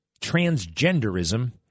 transgenderism